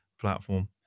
platform